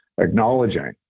acknowledging